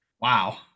Wow